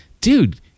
dude